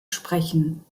sprechen